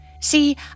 See